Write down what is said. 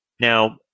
Now